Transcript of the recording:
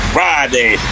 Friday